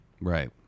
Right